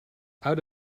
out